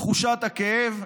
תחושת הכאב,